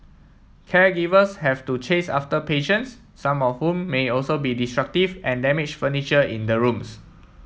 caregivers have to chase after patients some of whom may also be destructive and damage furniture in the rooms